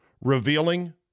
revealing